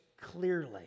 clearly